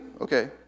okay